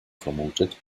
vermutet